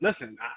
Listen